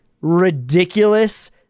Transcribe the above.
ridiculous